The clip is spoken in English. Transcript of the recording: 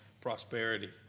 prosperity